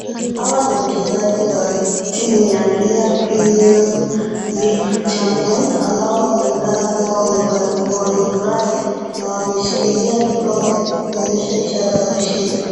Hawa ni wachezaji wa timu ya Kenya Premium League Champions, ambao wanaonekana kuwa wamefurahi na wameshikilia kikombe kuonyesha ishara ya ushindi.